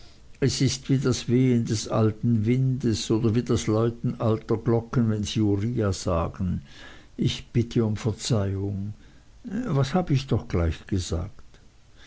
es ist wie das wehen des alten windes oder wie das läuten alter glocken wenn sie uriah sagen ich bitte um verzeihung was hab ich doch gleich gesagt